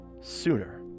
Sooner